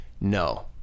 no